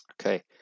Okay